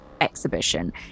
exhibition